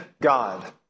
God